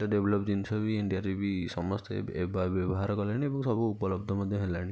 develop ଜିନିଷ ବି ଇଣ୍ଡିଆରେ ବି ସମସ୍ତେ ବ୍ୟବହାର କଲେଣି ଏବଂ ସବୁ ଉପଲବ୍ଧ ମଧ୍ୟ ହେଲାଣି